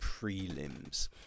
prelims